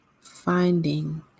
finding